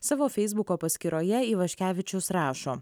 savo feisbuko paskyroje ivaškevičius rašo